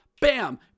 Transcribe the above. bam